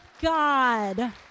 God